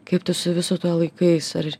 kaip tu su visu laikais ar